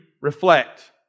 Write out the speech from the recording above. reflect